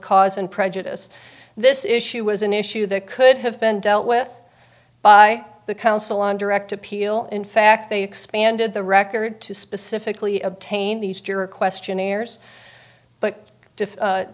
and prejudice this issue was an issue that could have been dealt with by the council on direct appeal in fact they expanded the record to specifically obtain these jury questionnaires but